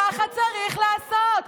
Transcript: ככה צריך לעשות.